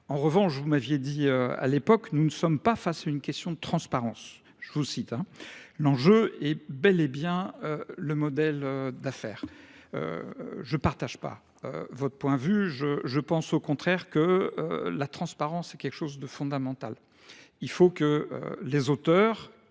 En revanche, vous m'aviez dit à l'époque, nous ne sommes pas face à une question de transparence. Je vous cite. L'enjeu est bel et bien le modèle d'affaires. Je ne partage pas votre point de vue. Je pense au contraire que la transparence est quelque chose de fondamental. Il faut que les auteurs